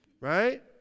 right